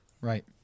Right